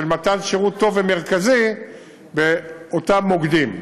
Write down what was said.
של מתן שירות טוב ומרכזי באותם מוקדים.